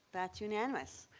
that's unanimous.